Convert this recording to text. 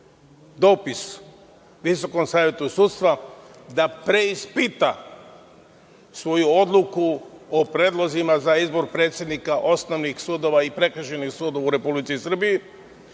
dopis Visokom savetu sudstva da preispita svoju odluku o predlozima za izbor predsednika osnovnih sudova i prekršajnih sudova u Republici Srbiji